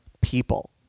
people